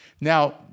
Now